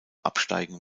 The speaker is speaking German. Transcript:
absteigen